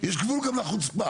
יש גבול גם לחוצפה,